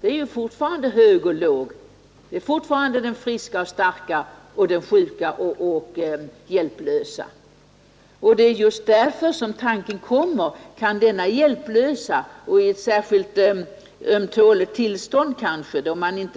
Det är fortfarande hög och låg, det är fortfarande den friska och starka och den sjuka och hjälplösa. Och det är just därför som tanken kommer: Kan denna hjälplösa människa som är i särskilt ömtåligt tillstånd, klara sig. Han